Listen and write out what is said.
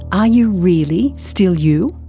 are you really still you?